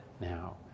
now